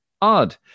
odd